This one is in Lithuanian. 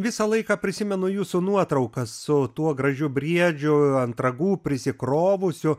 visą laiką prisimenu jūsų nuotrauką su tuo gražiu briedžiu ant ragų prisikrovusiu